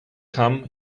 come